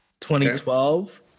2012